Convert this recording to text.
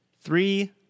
Three